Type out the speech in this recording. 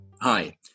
Hi